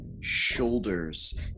shoulders